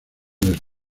les